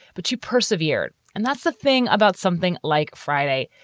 but she persevered. and that's the thing about something like friday,